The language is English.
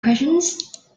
questions